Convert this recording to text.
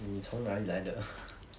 你从哪里来的